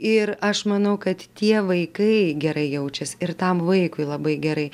ir aš manau kad tie vaikai gerai jaučias ir tam vaikui labai gerai